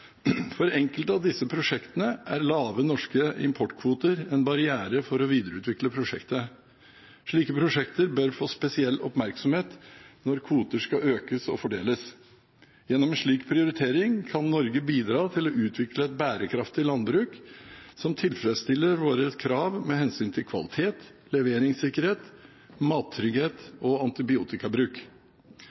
For enkelte av disse prosjektene er lave norske importkvoter en barriere for å videreutvikle prosjektene. Slike prosjekter bør få spesiell oppmerksomhet når kvoter skal økes og fordeles. Gjennom en slik prioritering kan Norge bidra til å utvikle et bærekraftig landbruk, som tilfredsstiller våre krav med hensyn til kvalitet, leveringssikkerhet, mattrygghet og antibiotikabruk.